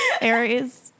Aries